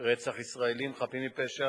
רצח ישראלים חפים מפשע.